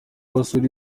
basura